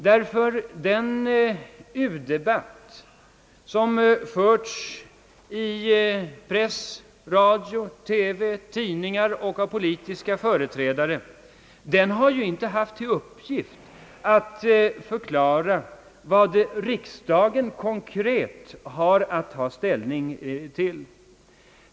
U-debatten som förts i radio, TV och tidningar och av politiska företrädare har ju hittills inte haft till uppgift att förklara vad riksdagen konkret har att ta ställning till.